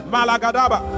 Malagadaba